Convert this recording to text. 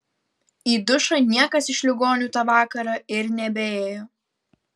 į dušą niekas iš ligonių tą vakarą ir nebeėjo